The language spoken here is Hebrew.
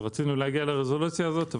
רצינו להגיע לרזולוציה הזאת,